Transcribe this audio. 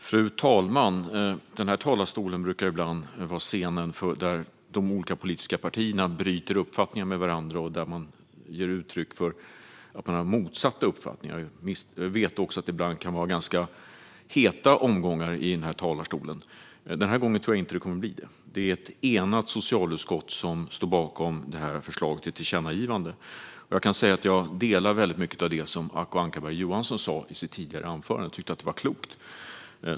Fru talman! Den här talarstolen brukar ibland vara scenen där de olika politiska partierna bryter uppfattningar med varandra och där man ger uttryck för motsatta uppfattningar. Jag vet också att det ibland kan vara ganska heta omgångar i denna talarstol. Den här gången tror jag inte att det kommer att bli så. Det är ett enat socialutskott som står bakom detta förslag till tillkännagivande, och jag håller med om väldigt mycket av det som Acko Ankarberg Johansson sa i sitt tidigare anförande. Jag tycker att det var klokt.